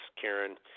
Karen